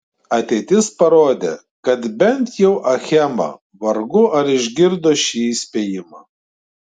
ateitis parodė kad bent jau achema vargu ar išgirdo šį įspėjimą